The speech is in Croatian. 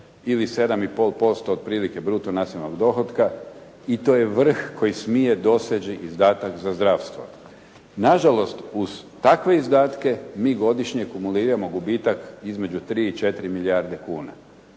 ili 7,5% otprilike bruto nacionalnog dohotka i to je vrh koji smije doseći izdatak za zdravstvo. Na žalost, uz takve izdatke mi godišnje kumuliramo gubitak između 3 i 4 milijarde kuna